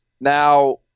now